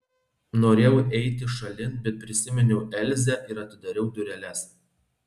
norėjau eiti šalin bet prisiminiau elzę ir atidariau dureles